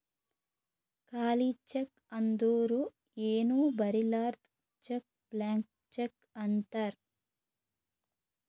ಖಾಲಿ ಚೆಕ್ ಅಂದುರ್ ಏನೂ ಬರಿಲಾರ್ದು ಚೆಕ್ ಬ್ಲ್ಯಾಂಕ್ ಚೆಕ್ ಅಂತಾರ್